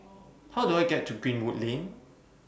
How Do I get to Greenwood Lane